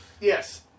yes